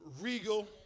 regal